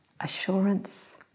assurance